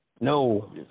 no